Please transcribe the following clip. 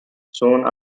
soon